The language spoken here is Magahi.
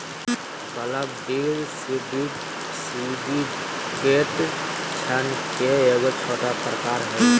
क्लब डील सिंडिकेट ऋण के एगो छोटा प्रकार हय